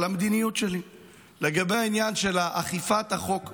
על המדיניות שלי לעניין אכיפת החוק בנגב.